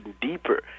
deeper